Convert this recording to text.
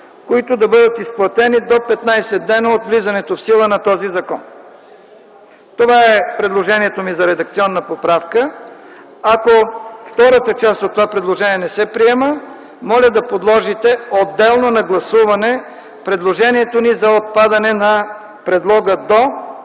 които да бъдат изплатени до 15 дни от влизането в сила на този закон.” Това е предложението ми за редакционна поправка. Ако втората част от това предложение не се приема, моля да подложите отделно на гласуване предложението ни за отпадане на предлога „до”